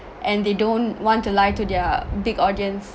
and they don't want to lie to their big audience